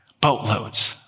Boatloads